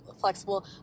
flexible